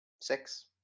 six